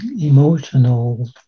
emotional